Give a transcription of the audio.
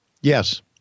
yes